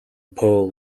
pole